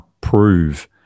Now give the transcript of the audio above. prove